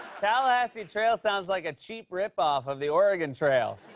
tallahassee trail sounds like a cheap rip-off of the oregon trail.